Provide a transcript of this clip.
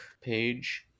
page